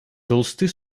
толстый